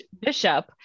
Bishop